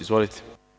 Izvolite.